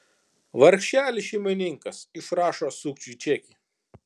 vargšelis šeimininkas išrašo sukčiui čekį